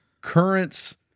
currents